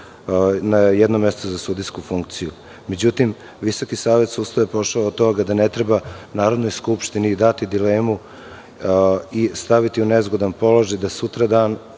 za jedno mesto na sudijsku funkciju. Međutim, VSS je pošao od toga da ne treba Narodnoj skupštini dati dilemu i staviti je u nezgodan položaj da se sutradan